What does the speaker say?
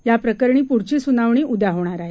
याप्रकरणी पुढची सुनावणी उद्या होणार आहे